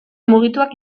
mugituak